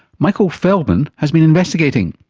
michael feldman has been investigating.